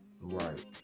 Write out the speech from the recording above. Right